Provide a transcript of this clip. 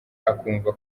akumva